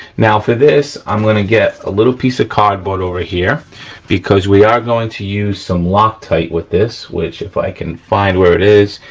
now for this i'm gonna get a little piece of cardboard over here because we are going to use some loctite with this which if i can find where it is,